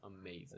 amazing